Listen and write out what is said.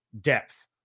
depth